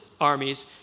Armies